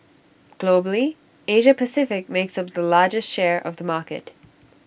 Globally Asia Pacific makes up the largest share of the market